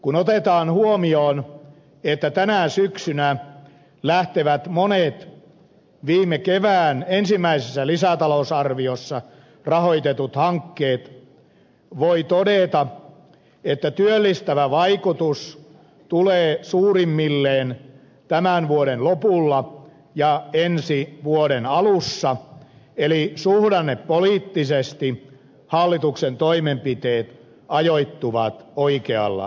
kun otetaan huomioon että tänä syksynä lähtevät monet viime kevään ensimmäisessä lisätalousarviossa rahoitetut hankkeet voi todeta että työllistävä vaikutus tulee suurimmilleen tämän vuoden lopulla ja ensi vuoden alussa eli suhdannepoliittisesti hallituksen toimenpiteet ajoittuvat oikealla tavalla